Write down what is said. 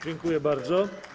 Dziękuję bardzo.